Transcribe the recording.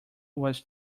was